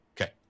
Okay